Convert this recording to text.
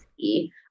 see